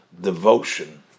devotion